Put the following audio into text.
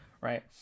Right